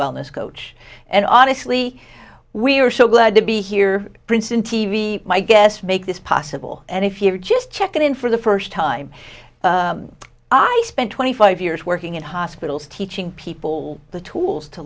wellness coach and honestly we are so glad to be here princeton t v my guess make this possible and if you are just check in for the first time i spent twenty five years working in hospitals teaching people the tools to